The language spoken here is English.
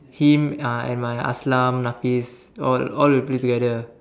him uh and my Aslam Nafiz all all we play together